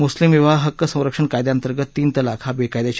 मुस्लिम विवाह हक्क संरक्षण कायद्यांतर्गत तीन तलाक हा बेकायदेशीर आहे